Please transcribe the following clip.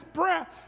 breath